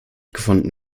gefunden